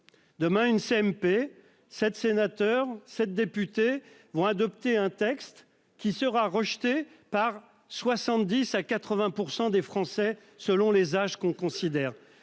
Demain une CMP 7 sénateurs 7 députés vont adopter un texte qui sera rejeté par 70 à 80% des Français selon les âges qu'on considère